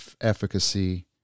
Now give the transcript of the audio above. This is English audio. efficacy